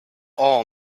all